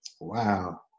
Wow